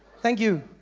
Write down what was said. thank you